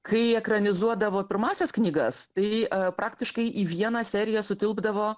kai ekranizuodavo pirmąsias knygas tai praktiškai į vieną seriją sutilpdavo